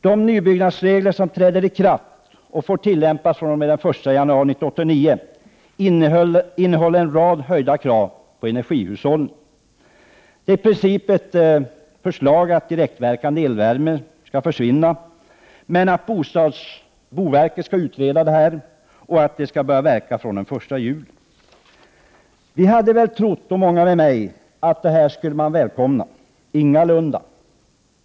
De nybyggnadsregler som trädde i kraft och får tillämpas från den 1 januari 1989 innehåller en rad höjda krav på energihushållning. Förslaget i propositionen innebär i princip att direktverkande elvärme skall försvinna. Boverket har fått i uppdrag att utreda förslaget, och det är tänkt att förslaget skall träda i kraft den 1 juli. Jag hade väl trott, och många med mig, att detta förslag skulle välkomnas. Det blev ingalunda så.